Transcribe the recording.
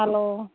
hello